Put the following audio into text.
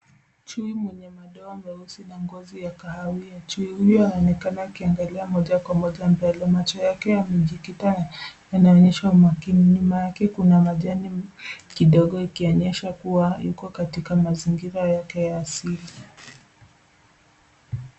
Chui mwenye madoa meusi na ngozi ya kahawia. Chui huyu aonekana akiangalia moja kwa moja mbele, macho yake yamejikita yanaonyesha umakini. Nyuma yake kuna majani kidogo ikionyesha kuwa yuko katika mazingira yake ya asili.